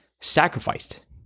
sacrificed